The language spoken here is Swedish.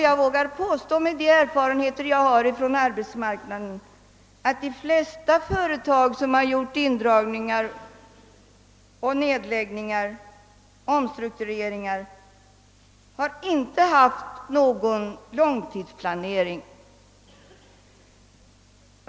Jag vågar med mina erfarenheter av arbetsmarknaden säga att de flesta företag som friställt personal eller genomfört nedläggningar och omstruktureringar inte haft någon långtidsplanering.